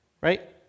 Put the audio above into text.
Right